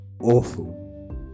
awful